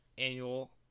annual